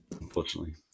unfortunately